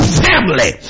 family